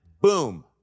Boom